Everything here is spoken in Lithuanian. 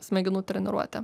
smegenų treniruotė